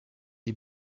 est